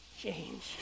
change